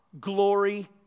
glory